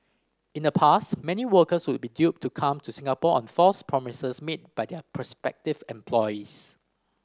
in the past many workers would be duped to come to Singapore on false promises made by their prospective employees